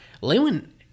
Lewin